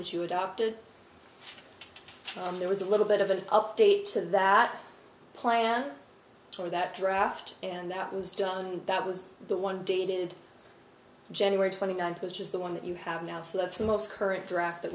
which you adopted and there was a little bit of an update to that plan for that draft and that was done that was the one dated january twenty ninth which is the one that you have now so that's the most current draft that